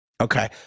Okay